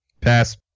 Pass